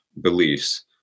beliefs